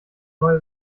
neue